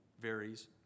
varies